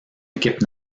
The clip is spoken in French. équipe